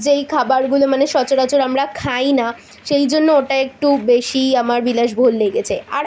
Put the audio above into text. যেই খাবারগুলো মানে সচরাচর আমরা খাই না সেই জন্য ওটা একটু বেশিই আমার বিলাসবহুল লেগেছে আর